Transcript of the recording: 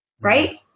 right